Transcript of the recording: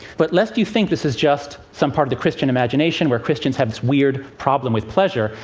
but lest you think this is just some part of the christian imagination where christians have this weird problem with pleasure,